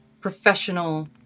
professional